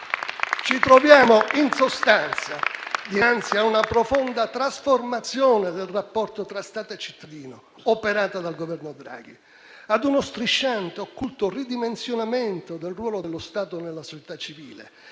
Ci troviamo, in sostanza, dinanzi a: una profonda trasformazione del rapporto tra Stato e cittadino operata dal Governo Draghi; a uno strisciante ed occulto ridimensionamento del ruolo dello Stato nella società civile;